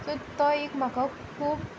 so तो एक म्हाका खूब